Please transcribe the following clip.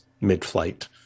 mid-flight